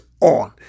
on